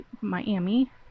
Miami